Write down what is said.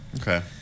Okay